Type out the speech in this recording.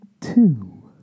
two